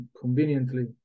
conveniently